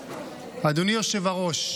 אדוני היושב-ראש,